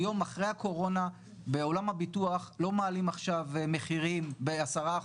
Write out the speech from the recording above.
היום אחרי הקורונה בעולם הביטוח לא מעלים עכשיו מחירים ב-10%,